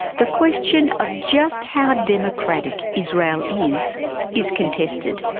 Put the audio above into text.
the question of just how democratic israel is is contested.